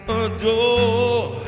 adore